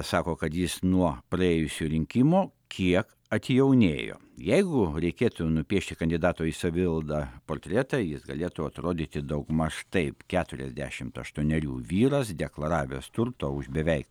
sako kad jis nuo praėjusių rinkimų kiek atjaunėjo jeigu reikėtų nupiešti kandidato į savivaldą portretą jis galėtų atrodyti daugmaž taip keturiasdešimt aštuonerių vyras deklaravęs turto už beveik